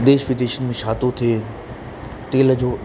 देश विदेश में छा थो थिए तेल जो